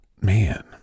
Man